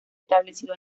establecido